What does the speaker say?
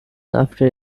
after